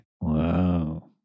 wow